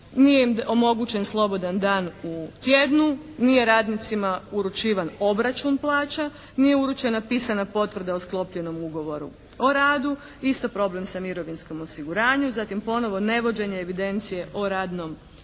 nije im omogućen slobodan dan u tjednu, nije radnicima uručivan obračun plaća, nije uručena pisana potvrda o sklopljenom ugovoru o radu, isto problem sa mirovinskim osiguranjem, zatim ponovo nevođenje evidencije o radnom vremenu.